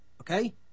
okay